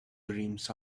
dreams